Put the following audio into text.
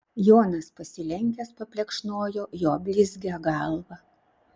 jonas pasilenkęs paplekšnojo jo blizgią galvą